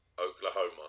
Oklahoma